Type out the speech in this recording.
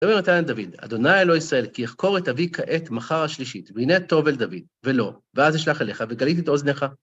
ויאמר יונתן אל דוד ה' אלקי ישראל כי אחקר את אבי כעת מחר השלשית והנה טוב אל דוד ולא ואז אשלח אליך וגליתי את אזנך